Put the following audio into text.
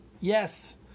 Yes